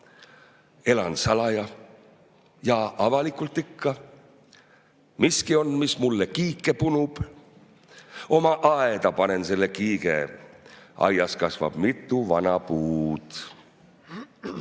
Elan salaja. Ja avalikult ikka. / Miski on, mis mulle kiike punub. // Oma aeda panen selle kiige. / Aias kasvab mitu vaba puud.